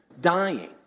dying